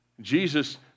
Jesus